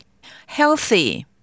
Healthy